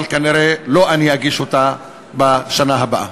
אבל כנראה לא אני אגיש אותה בשנה הבאה.